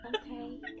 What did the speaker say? Okay